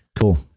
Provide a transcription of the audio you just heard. cool